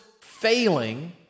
failing